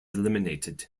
eliminated